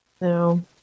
No